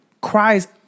cries